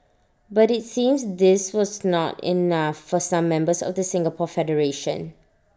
but IT seems this was not enough for some members of the Singapore federation